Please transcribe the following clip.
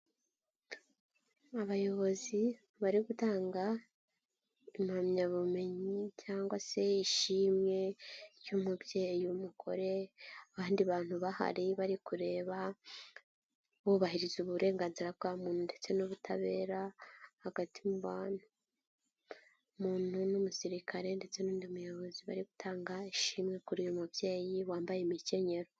Abayobozi bari gutanga impamyabumenyi cyangwa se ishimwe ry'umubyeyi w'umugore, abandi bantu bahari, bari kureba, bubahiriza uburenganzira bwa muntu ndetse n'ubutabera, hagati mu bantu. Umuntu n'umusirikare ndetse n'undi muyobozi bari gutanga ishimwe kuri uyu mubyeyi, wambaye imikenyero.